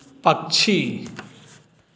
पक्षी